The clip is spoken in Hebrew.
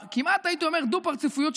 כמעט הייתי אומר הדו-פרצופיות,